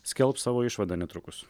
skelbs savo išvadą netrukus